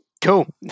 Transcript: Cool